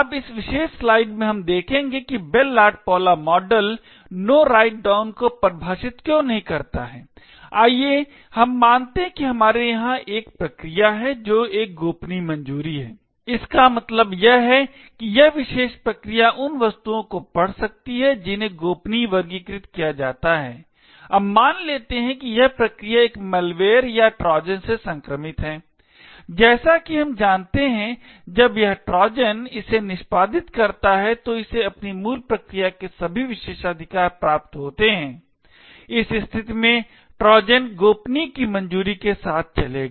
अब इस विशेष स्लाइड में हम देखेंगे कि Bell LaPadula model No Write Down को परिभाषित क्यों नहीं करता है आइए हम मानते हैं कि हमारे यहां एक प्रक्रिया है जो एक गोपनीय मंजूरी है इसका मतलब यह है कि यह विशेष प्रक्रिया उन वस्तुओं को पढ़ सकती है जिन्हें गोपनीय वर्गीकृत किया जाता है अब मान लेते हैं कि यह प्रक्रिया एक मैलवेयर या ट्रोजन से संक्रमित है जैसा कि हम जानते हैं कि जब यह ट्रोजन इसे निष्पादित करता है तो इसे अपनी मूल प्रक्रिया के सभी विशेषाधिकार प्राप्त होते हैं इस स्थिति में ट्रोजन गोपनीय की मंजूरी के साथ चलेगा